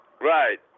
Right